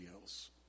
else